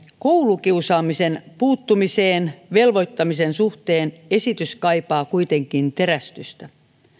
koulukiusaamiseen puuttumiseen velvoittamisen suhteen esitys kaipaa kuitenkin terästystä